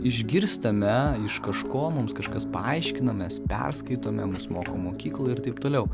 išgirstame iš kažko mums kažkas paaiškino mes perskaitome mus moko mokykloj ir taip toliau